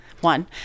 One